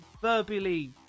verbally